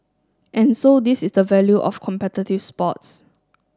and so this is the value of competitive sports